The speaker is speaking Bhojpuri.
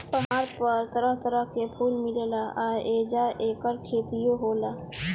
पहाड़ पर तरह तरह के फूल मिलेला आ ऐजा ऐकर खेतियो होला